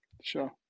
sure